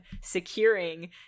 securing